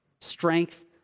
Strength